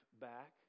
back